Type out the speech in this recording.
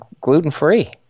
gluten-free